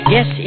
Yes